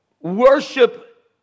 worship